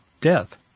death